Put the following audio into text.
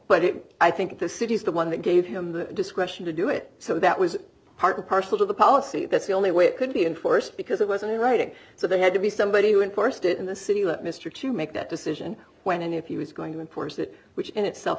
but it i think the city is the one that gave him the discretion to do it so that was part and parcel to the policy that's the only way it could be enforced because it wasn't in writing so they had to be somebody who enforced it in the city that mr to make that decision when and if he was going to enforce it which in itself